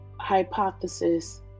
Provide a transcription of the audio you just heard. hypothesis